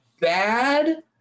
bad